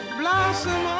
blossom